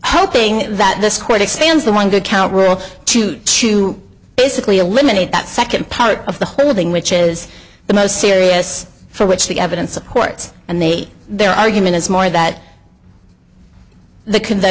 hoping that this court expands the one good count rule two to basically eliminate that second part of the whole thing which is the most serious for which the evidence supports and the their argument is more that the